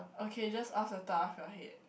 okay just off the top of your head